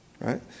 right